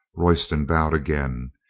royston bowed again.